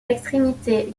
l’extrémité